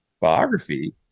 biography